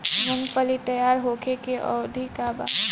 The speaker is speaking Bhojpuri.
मूँगफली तैयार होखे के अवधि का वा?